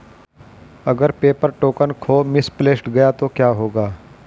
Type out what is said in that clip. अगर paper token खो misplaced गया तो क्या होगा?